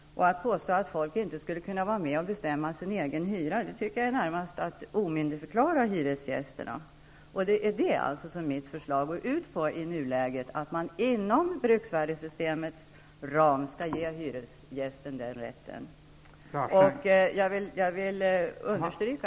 Att påstå att folk inte skulle kunna vara med och bestämma sin egen hyra är närmast att omyndigförklara hyresgästerna. Mitt förslag går ut på i nuläget att man inom bruksvärdessystemets ram skall ge hyresgästen den rätten. Jag vill understryka...